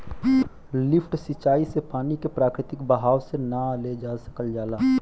lift सिंचाई से पानी के प्राकृतिक बहाव से ना ले जा सकल जाला